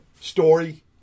story